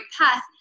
path